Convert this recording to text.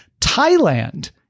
Thailand